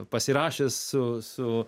pasirašęs su